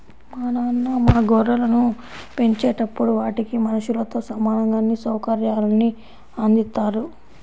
మా నాన్న మా గొర్రెలను పెంచేటప్పుడు వాటికి మనుషులతో సమానంగా అన్ని సౌకర్యాల్ని అందిత్తారు